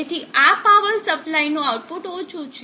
તેથી આ power supply નું આઉટપુટ ઓછું છે